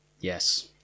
Yes